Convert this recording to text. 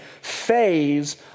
phase